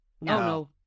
No